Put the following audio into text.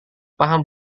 paham